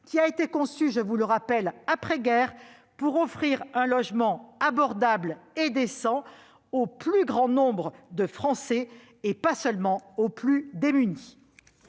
social, conçu après-guerre pour offrir un logement abordable et décent au plus grand nombre de Français, et pas seulement aux plus démunis.